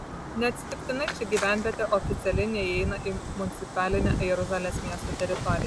neatsitiktinai ši gyvenvietė oficialiai neįeina į municipalinę jeruzalės miesto teritoriją